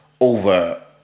over